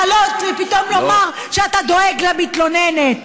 לעלות ופתאום לומר שאתה דואג למתלוננת?